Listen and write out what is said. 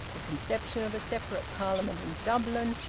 the conception of a separate parliament in dublin,